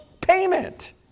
payment